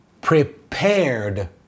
prepared